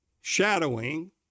shadowing